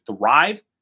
thrive